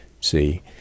See